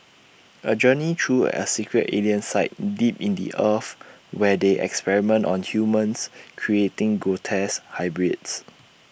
A journey through A secret alien site deep in the earth where they experiment on humans creating grotesque hybrids